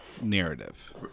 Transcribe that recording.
narrative